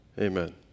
amen